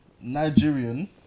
Nigerian